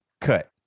cut